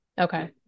Okay